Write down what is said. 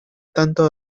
tanto